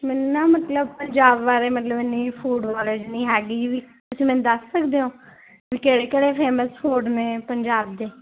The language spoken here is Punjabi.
ਮੈਨੂੰ ਨਾ ਮਤਲਬ ਪੰਜਾਬ ਬਾਰੇ ਮਤਲਬ ਇੰਨੀ ਫੂਡ ਨੌਲੇਜ ਨਹੀਂ ਹੈਗੀ ਵੀ ਤੁਸੀਂ ਮੈਨੂੰ ਦੱਸ ਸਕਦੇ ਹੋ ਵੀ ਕਿਹੜੇ ਕਿਹੜੇ ਫੇਮਸ ਫੂਡ ਨੇ ਪੰਜਾਬ ਦੇ